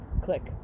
Click